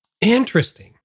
Interesting